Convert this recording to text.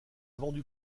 vendu